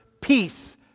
peace